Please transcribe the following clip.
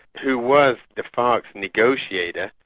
who was the farc's negotiator,